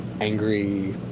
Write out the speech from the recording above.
angry